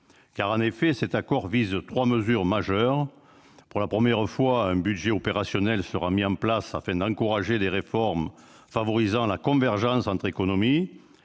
En effet, l'accord vise trois mesures majeures. D'abord, pour la première fois, un budget opérationnel sera mis en place, afin d'encourager des réformes favorisant la convergence entre économies.